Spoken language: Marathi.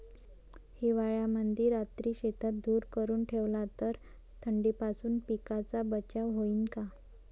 हिवाळ्यामंदी रात्री शेतात धुर करून ठेवला तर थंडीपासून पिकाचा बचाव होईन का?